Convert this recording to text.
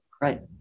Right